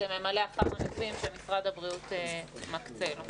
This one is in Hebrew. זה ממלא אחר המתווים שמשרד הבריאות מקצה לו.